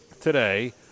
today